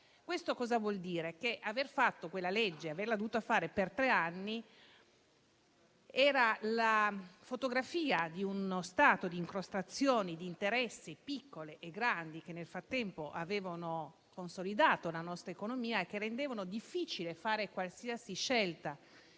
Questo cosa vuol dire? Vuol dire che l'*iter* di quella legge, durato tre anni, era la fotografia di uno stato di incrostazioni di interessi piccoli e grandi che, nel frattempo, avevano consolidato la nostra economia e rendevano difficile fare qualsiasi scelta.